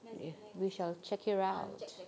eh we shall check it out